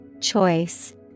Choice